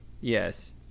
Yes